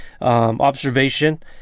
observation